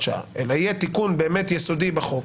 שעה אלא יהיה תיקון באמת יסודי בחוק,